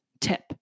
tip